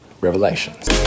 revelations